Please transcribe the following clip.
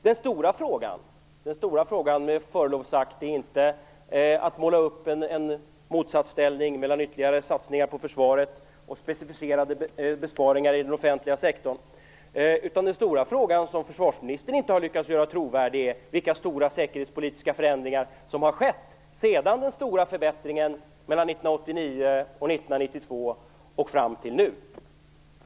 Den stora frågan är med förlov sagt inte att måla upp en motsatsställning mellan ytterligare satsning på försvaret och specificerade besparingar i den offentliga sektorn, utan den stora frågan, som försvarsministern inte har lyckats göra trovärdig, är vilka stora säkerhetspolitiska förändringar som har skett sedan den stora förbättringen mellan 1989 och 1992 och fram till nu.